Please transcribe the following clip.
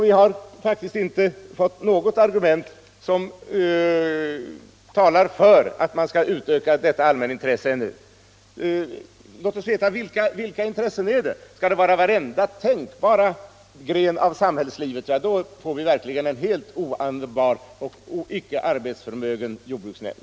Vi har faktiskt inte fått något argument som talar för att man skall utöka detta allmänintresse ytterligare. Låt oss veta vilka intressen det är! Skall det vara varenda tänkbar gren av samhällslivet? Ja, då får vi verkligen en helt oanvändbar och inte arbetsförmögen jordbruksnämnd.